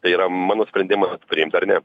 tai yra mano sprendimas priimt ar ne